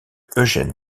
eugen